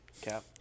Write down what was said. Cap